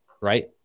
right